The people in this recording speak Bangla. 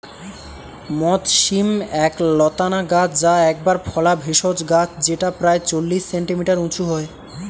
মথ শিম এক লতানা গাছ যা একবার ফলা ভেষজ গাছ যেটা প্রায় চল্লিশ সেন্টিমিটার উঁচু হয়